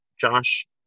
Josh